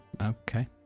okay